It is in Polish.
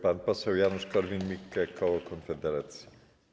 Pan poseł Janusz Korwin-Mikke, koło Konfederacja.